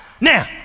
now